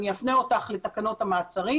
אני אפנה אותך לתקנות המעצרים